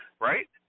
right